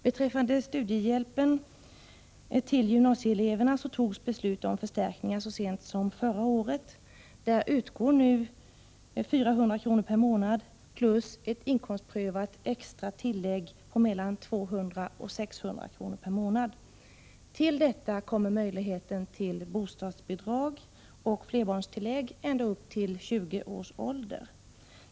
Beträffande studiehjälpen till gymnasieelever togs beslut om förstärkningar så sent som förra året. Numera utgår 400 kr. per månad plus ett inkomstprövat extra tillägg på mellan 200 och 600 kr. per månad. Till detta kommer möjligheten till bostadsbidrag och flerbarnstillägg upp till 20 års ålder.